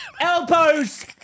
elbows